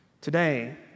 Today